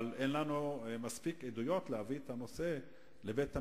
אבל אין לנו מספיק עדויות להביא את הנושא לבית-המשפט,